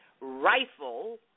rifle